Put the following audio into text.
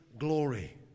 glory